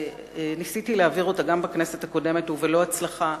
ניסיתי להעביר גם בכנסת הקודמת ובלא הצלחה,